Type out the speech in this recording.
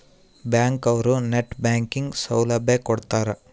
bank ಅವ್ರು net banking ಸೌಲಭ್ಯ ಕೊಡ್ತಾರ